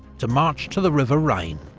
to march to the river rhine.